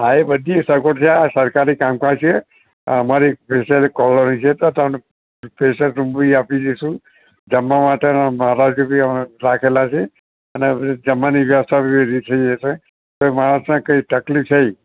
હા એ બધી સગવડ છે આ સરકારી કામકાજ છે અમારી સ્પેશિયલ કોલોની છે તો ત્રણ સ્પેશિયલ આપી દઈશું જમવા માટે મારાજ અમે રાખેલા છે અને જમવાની વ્યવસ્થા વેહલી થઈ જશે માણસ ને કઈ તકલીફ થઈ